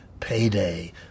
Payday